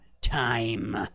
time